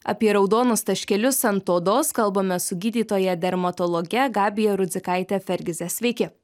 apie raudonus taškelius ant odos kalbamės su gydytoja dermatologe gabija rudzikaite fergizes sveiki